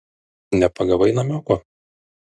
nepagavai namioko